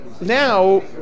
Now